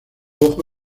ojo